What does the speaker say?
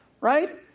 right